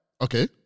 Okay